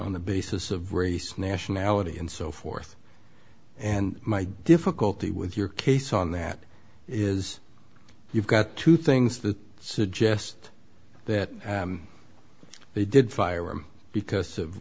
on the basis of race nationality and so forth and my difficulty with your case on that is you've got two things that suggest that they did fire him because of